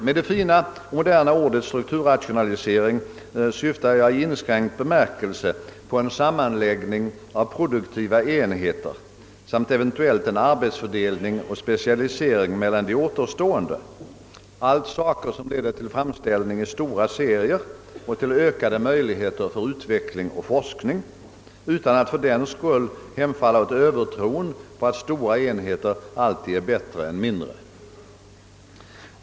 Med det fina, moderna ordet strukturrationalisering syftar jag i inskränkt bemärkelse på en sammanläggning av produktiva enheter samt eventuellt en arbetsfördelning och specialisering mellan de återstående, allt saker som leder till framställning i stora serier och till ökade möjligheter för utveckling och forskning, utan att man fördenskull hemfaller åt övertron att stora enheter alltid är bättre än mindre.